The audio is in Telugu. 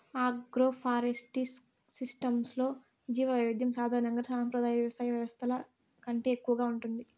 ఆగ్రోఫారెస్ట్రీ సిస్టమ్స్లో జీవవైవిధ్యం సాధారణంగా సంప్రదాయ వ్యవసాయ వ్యవస్థల కంటే ఎక్కువగా ఉంటుంది